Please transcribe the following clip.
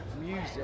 music